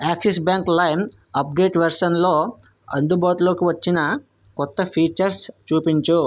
axis Bank Lime update version లో అందుబాటులోకి వచ్చిన కొత్త ఫీచర్స్ చూపించు